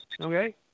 okay